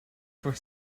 for